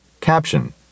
Caption